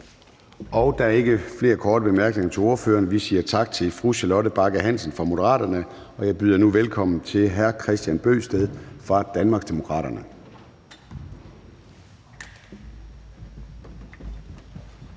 Der er ikke flere korte bemærkninger til ordføreren. Vi siger tak til fru Charlotte Bagge Hansen fra Moderaterne. Jeg byder nu velkommen til hr. Kristian Bøgsted fra Danmarksdemokraterne.